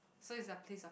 so is a place